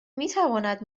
میتواند